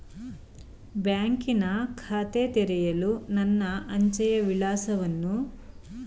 ಬ್ಯಾಂಕಿನ ಖಾತೆ ತೆರೆಯಲು ನನ್ನ ಅಂಚೆಯ ವಿಳಾಸವನ್ನು ನೀಡಬಹುದೇ?